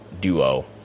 duo